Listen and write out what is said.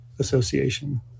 association